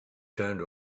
turned